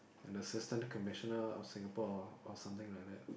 an assistant commission ah of Singapore or or something like that